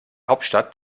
hauptstadt